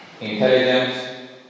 intelligence